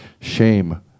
SHAME